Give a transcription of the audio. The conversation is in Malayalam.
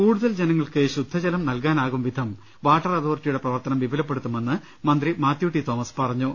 കൂടുതൽ ജനങ്ങൾക്ക് ശുദ്ധജലം നൽകാനാകും വിധം വാട്ടർ അതോറിറ്റിയുടെ പ്രവർത്തനം വിപുല പ്പെടുത്തുമെന്ന് മന്ത്രി മാത്യു ടി തോമസ് പറഞ്ഞു